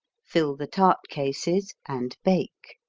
fill the tart cases and bake.